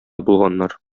булганнар